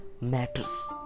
matters